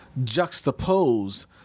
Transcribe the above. juxtapose